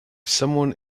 someone